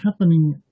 happening